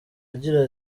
agira